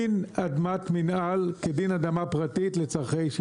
דין אדמת מינהל כדין אדמה פרטית לצורכי,